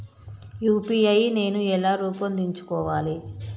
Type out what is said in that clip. UPI నేను ఎలా రూపొందించుకోవాలి?